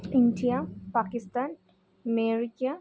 India Pakistan America